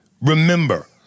Remember